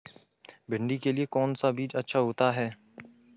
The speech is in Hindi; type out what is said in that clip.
भिंडी के लिए कौन सा बीज अच्छा होता है?